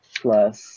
plus